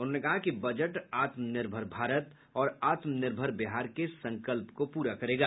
उन्होंने कहा कि बजट आत्मनिर्भर भारत और आत्मनिर्भर बिहार के संकल्प को पूरा करेगा